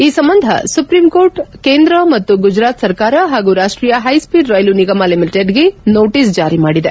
ಈ ಸಂಬಂಧ ಸುಪ್ರೀಂಕೋರ್ಟ್ ಕೇಂದ್ರ ಮತ್ತು ಗುಜರಾತ್ ಸರ್ಕಾರ ಹಾಗೂ ರಾಷ್ಮೀಯ ಹೈ ಸ್ಸೀಡ್ ರೈಲು ನಿಗಮ ಲಿಮಿಟೆಡ್ಗೆ ನೋಟಿಸ್ ಜಾರಿ ಮಾಡಿದೆ